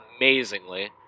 amazingly